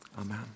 amen